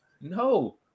No